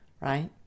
right